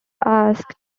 asked